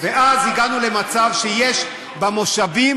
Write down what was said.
אז הגענו למצב שיש במושבים,